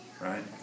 Right